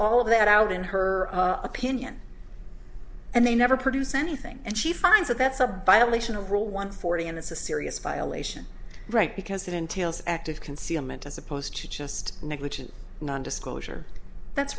all of that out in her opinion and they never produce anything and she finds that that's a byelection of rule one forty and it's a serious violation right because it entails active concealment as opposed to just negligent nondisclosure that's